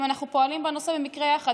אנחנו גם פועלים בנושא במקרה יחד.